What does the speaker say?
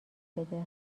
بده